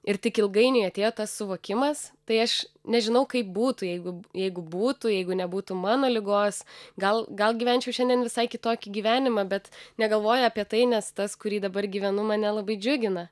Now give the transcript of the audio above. ir tik ilgainiui atėjo tas suvokimas tai aš nežinau kaip būtų jeigu jeigu būtų jeigu nebūtų mano ligos gal gal gyvenčiau šiandien visai kitokį gyvenimą bet negalvoja apie tai nes tas kurį dabar gyvenu mane labai džiugina